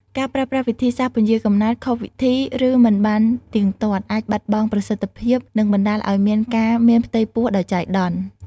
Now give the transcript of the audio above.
ការប្រើប្រាស់វិធីសាស្ត្រពន្យារកំណើតខុសវិធី ឬមិនបានទៀងទាត់ អាចបាត់បង់ប្រសិទ្ធភាព និងបណ្តាលឲ្យមានការមានផ្ទៃពោះដោយចៃដន្យ។